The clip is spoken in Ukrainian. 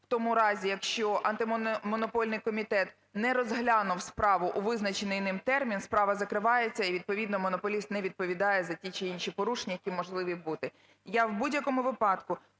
в тому разі, якщо Антимонопольний комітет не розглянув справу у визначений ним термін, справа закривається, і відповідно монополіст не відповідає за ті чи інші порушення, які можливі бути. Я в будь-якому випадку